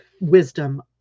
wisdom